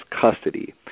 custody